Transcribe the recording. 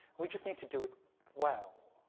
we just need to do it well.